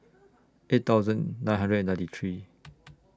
eight thousand nine hundred and ninety three